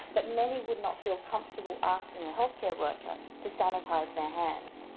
but many would not feel comfortable asking a healthcare worker to sanitize their hands.